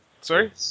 Sorry